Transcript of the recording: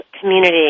Community